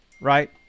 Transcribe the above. right